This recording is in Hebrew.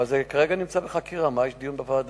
אבל כרגע זה נמצא בחקירה, מה הטעם לדיון בוועדה?